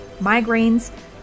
migraines